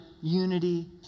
unity